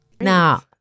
Now